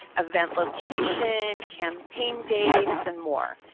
event location, campaign dates and more.